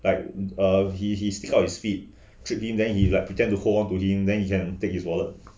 like err he stick out his feet tripped him then he like pretend to hold on to him then he can take his wallets